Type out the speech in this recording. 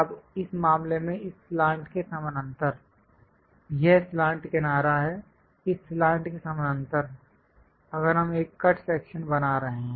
अब इस मामले में इस स्लांट के समानांतर यह स्लांट किनारा है इस स्लांट के समानांतर अगर हम एक कट सेक्शन बना रहे हैं